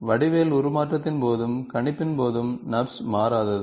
வடிவியல் உருமாற்றத்தின் போதும் கணிப்பின் போதும் நர்ப்ஸ் மாறாதது